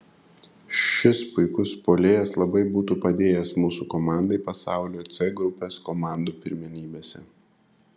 šis puikus puolėjas labai būtų padėjęs mūsų komandai pasaulio c grupės komandų pirmenybėse